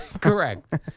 Correct